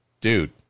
dude